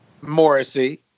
Morrissey